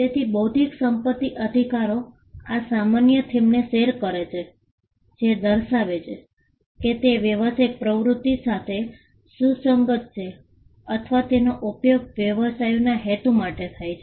તેથી બૌદ્ધિક સંપત્તિ અધિકારો આ સામાન્ય થીમને શેર કરે છે જે દર્શાવે છે કે તે વ્યવસાયિક પ્રવૃત્તિ સાથે સુસંગત છે અથવા તેનો ઉપયોગ વ્યવસાયના હેતુ માટે થાય છે